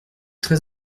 très